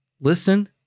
listen